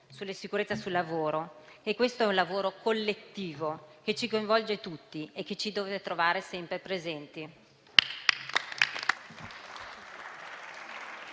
sulla sicurezza sul lavoro. Questo è un lavoro collettivo che ci coinvolge tutti e che ci deve trovare sempre presenti.